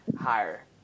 higher